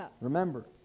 Remember